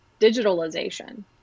digitalization